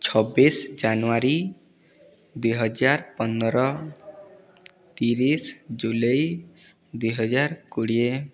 ଛବିଶ ଜାନୁଆରୀ ଦୁଇହଜାର ପନ୍ଦର ତିରିଶ ଜୁଲାଇ ଦୁଇହଜାର କୋଡ଼ିଏ